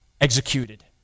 executed